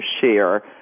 share